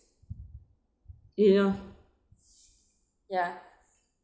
ya ya